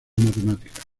matemáticas